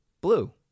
Blue